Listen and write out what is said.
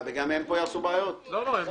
תודה.